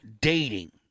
dating